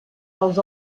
pels